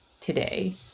today